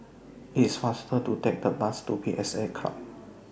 IT IS faster to Take The Bus to P S A Club